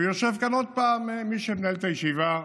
ויושב כאן עוד פעם מי שמנהל את הישיבה,